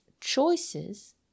choices